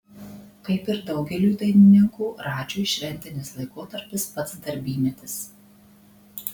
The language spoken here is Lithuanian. kaip ir daugeliui dainininkų radžiui šventinis laikotarpis pats darbymetis